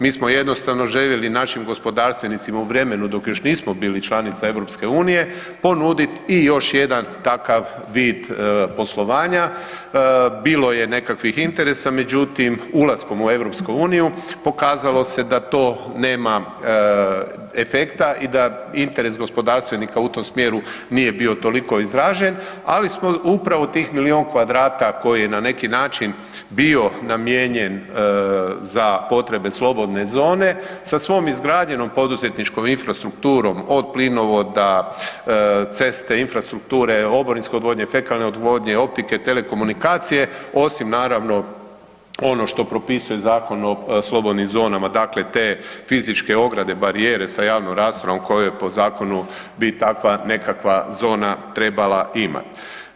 Mi smo jednostavno željeli našim gospodarstvenicima u vremenu dok još nismo bili članica EU, ponuditi i još jedan takav vid poslovanja, bilo je nekakvih interesa, međutim, ulaskom u EU pokazalo se da to nema efekta i da interes gospodarstvenika u tom smjeru nije bilo toliko izražen, ali smo upravo u tih milijun kvadrata koji je na neki način bio namijenjen za potrebe slobodne zone, sa svom izgrađenom poduzetničkom infrastrukturom, od plinovode, ceste, infrastrukture, oborinske odvodnje, fekalne odvodnje, optike, telekomunikacije, osim, naravno, ono što propisuje Zakon o slobodnim zonama, dakle te fizičke ograde, barijere sa javnom rasvjetom koju po zakonu bi takva nekakva zona trebala imati.